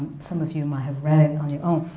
some of you might have read it on your own.